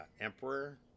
Emperor